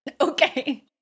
Okay